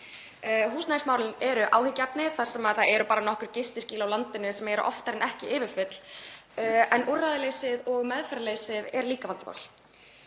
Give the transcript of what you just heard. Húsnæðismálin eru áhyggjuefni, þar sem það eru bara nokkur gistiskýli á landinu sem eru oftar en ekki yfirfull, en úrræðaleysið og meðferðarleysið er líka vandamál.